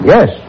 Yes